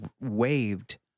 waved